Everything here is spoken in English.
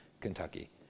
Kentucky